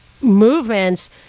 movements